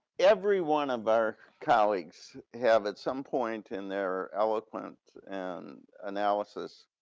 every one of our colleagues have at some point in they're eloquent and analysis,